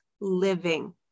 living